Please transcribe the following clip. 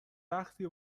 وقتی